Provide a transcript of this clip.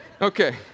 okay